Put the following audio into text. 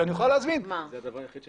שאני אוכל להזמין אותם.